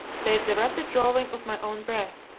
save the rapid drawing of my own breath,